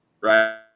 right